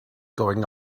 going